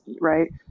right